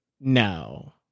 No